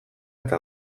eta